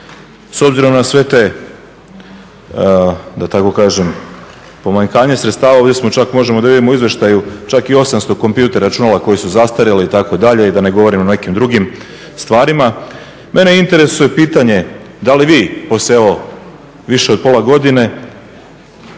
S obzirom na sva ta pomanjkanja sredstava ovdje možemo vidjeti u izvještaju čak i 800 kompjutera, računala koja su zastarjela itd. i da ne govorim o nekim drugim stvarima. Mene interesira pitanje da li vi poslije više od pola godine